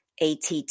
ATT